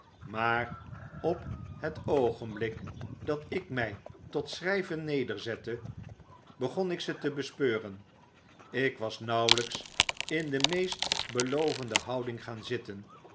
maar op het oogenblik dat ik mij tot schrjjven nederzette begon ik ze te be speuren ik was nauwelps in de meest belovende houding gaan zitten